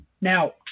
Now